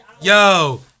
Yo